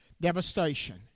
devastation